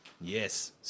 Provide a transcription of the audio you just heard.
Yes